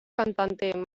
cantante